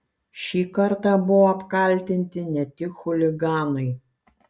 šį kartą buvo apkaltinti ne tik chuliganai